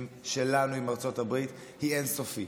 שלנו עם ארצות הברית היא אין-סופית.